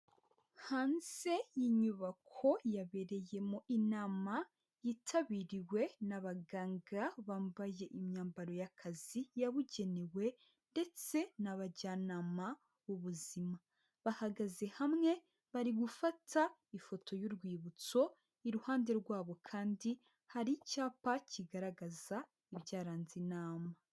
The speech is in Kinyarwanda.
Hanze y'inyubako yabereyemo inama yitabiriwe n'abaganga bambaye imyambaro y'akazi yabugenewe ndetse n'abajyanama b'ubuzima. Bahagaze hamwe, bari gufata ifoto y'urwibutso, iruhande rwabo kandi hari icyapa kigaragaza ibyaranze inama.